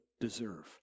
deserve